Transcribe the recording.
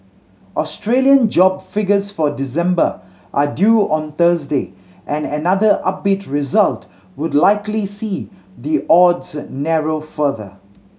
Australian job figures for December are due on Thursday and another upbeat result would likely see the odds narrow further